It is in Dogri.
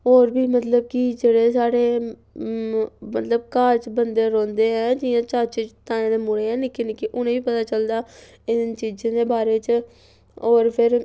होर बी मतलब कि जेह्ड़े साढ़े मतलब घर च बंदे रौंह्दे ऐ जि'यां चाचे ताएं दे मुड़े ऐ निक्के निक्के उ'नें गी पता चलदा इ'नें चीजें दे बारै च होर फिर